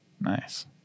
Nice